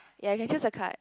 ya you can choose a card